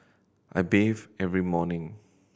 I bathe every morning